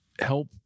help